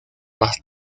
más